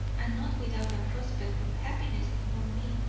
and not without a prospect of happiness before me.